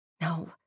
No